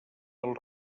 del